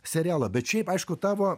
serialo bet šiaip aišku tavo